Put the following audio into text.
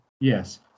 Yes